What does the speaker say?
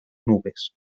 nubes